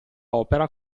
opera